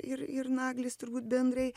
ir ir naglis turbūt bendrai